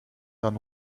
than